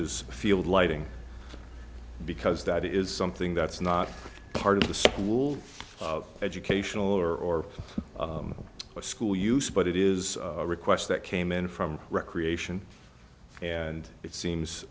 is field lighting because that is something that's not part of the school of educational or school use but it is a request that came in from recreation and it seems